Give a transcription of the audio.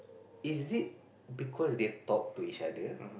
is it because they talk to each other